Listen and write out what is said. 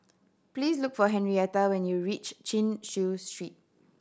please look for Henrietta when you reach Chin Chew Street